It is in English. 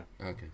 Okay